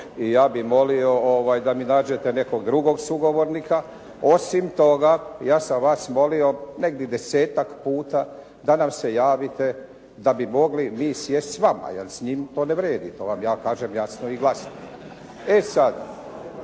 i ja bih molio da mi nađete nekog drugog sugovornika. Osim toga, ja sam vas molio negdje desetak puta da nam se javite da bi mogli mi sjesti s vama jer s njime to ne vrijedi, to vam ja kažem jasno i glasno. E sada,